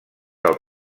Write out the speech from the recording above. del